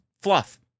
fluff